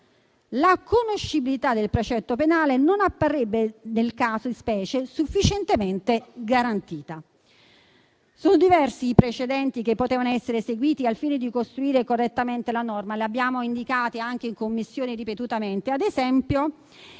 La conoscibilità del precetto penale non apparirebbe nel caso in specie sufficientemente garantita. Sono diversi i precedenti che potevano essere seguiti al fine di costruire correttamente la norma e li abbiamo ripetutamente indicati anche in Commissione. Ad esempio,